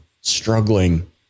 struggling